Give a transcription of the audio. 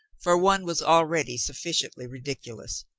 for one was already suf ficiently ridiculous.